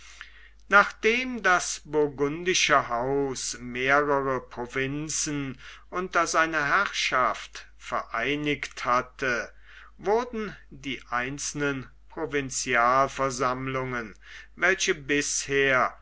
nachdem das bnrgundische haus mehrere provinzen unter seine herrschaft vereinigt hatte wurden die einzelnen provinzialversammlungen welche bisher